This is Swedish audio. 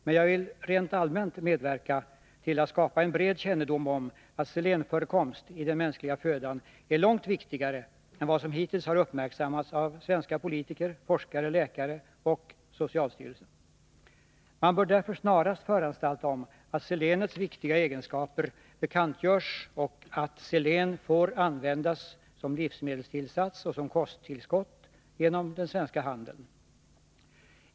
Men jag vill rent allmänt medverka till att skapa en bred kännedom om att selenförekomst i den mänskliga födan är långt viktigare än vad som hittills uppmärksammats av svenska politiker, forskare och läkare — och socialstyrelsen. Man bör därför snarast föranstalta om att selenets viktiga egenskaper bekantgörs och att selen får användas som livsmedelstillsats och som kosttillskott genom den svenska handeln.